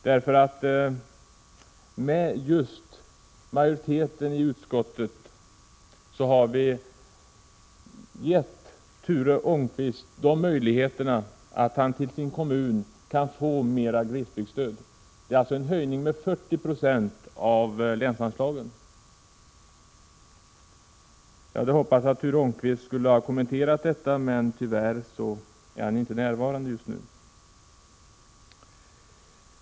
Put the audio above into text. Utskottsmajoriteten har nämligen gett Ture Ångqvist möjlighet att få mera glesbygdsstöd till sin kommun. Det gäller en höjning av länsanslagen med 40 90. Jag hade hoppats att Ture Ångqvist skulle ha kunnat kommentera detta, men tyvärr är han alltså inte här just nu.